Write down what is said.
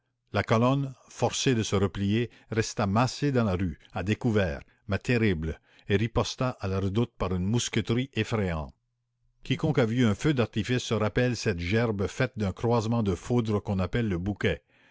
la colonne forcée de se replier resta massée dans la rue à découvert mais terrible et riposta à la redoute par une mousqueterie effrayante quiconque a vu un feu d'artifice se rappelle cette gerbe faite d'un croisement de foudres qu'on appelle le bouquet